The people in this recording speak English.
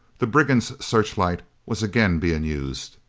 the brigands' searchlight was again being used.